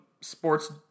sports